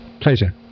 Pleasure